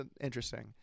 interesting